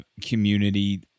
community